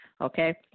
okay